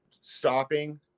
stopping